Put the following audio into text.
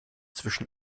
zwischen